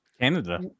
Canada